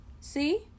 See